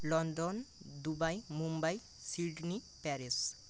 London Dubai Mumbai Sydney Paris